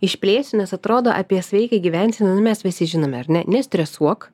išplėsiu nes atrodo apie sveiką gyvenseną mes visi žinome ar ne nestresuok